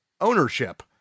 ownership